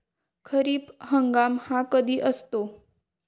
खरीप हंगाम हा कधी असतो?